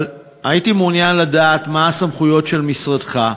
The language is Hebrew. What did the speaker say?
הייתי מעוניין לדעת: 1. מה הן הסמכויות של משרדך?